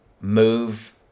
move